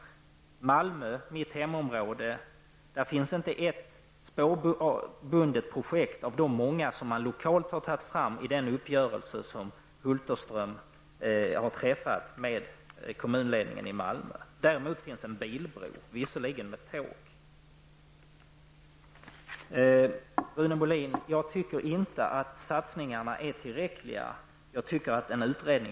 I Malmö, mitt hemområde, finns inte ett enda spårbundet projekt av de många som man lokalt har tagit fram i den uppgörelse som Sven Hulterström har träffat med kommunledningen i Malmö. Däremot finns i uppgörelsen en bilbro på vilken också tågtrafik kan gå. Rune Molin! Jag tycker inte att satsningarna är tillräckliga, och därför behövs en utredning.